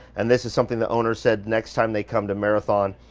and this is something the owner said, next time they come to marathon,